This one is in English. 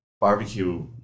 barbecue